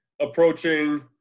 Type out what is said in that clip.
approaching